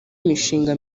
mishinga